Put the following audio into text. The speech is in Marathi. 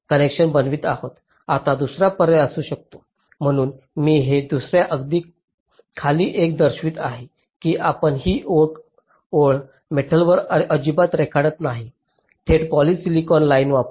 आता दुसरा पर्याय असू शकतो म्हणून मी हे दुसर्या अगदी खाली एका दर्शवित आहे की आपण ही ओळ मेटलवर अजिबात रेखाटत नाही थेट पॉलिसिलॉन लाइन वापरा